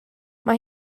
mae